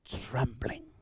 trembling